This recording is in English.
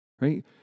right